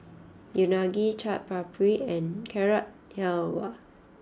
Unagi Chaat Papri and Carrot Halwa